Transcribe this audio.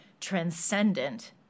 transcendent